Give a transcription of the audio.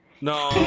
No